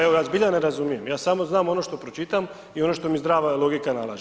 Evo ja zbilja ne razumijem, ja samo znam ono što pročitam i ono što mi zdrava logika nalaže.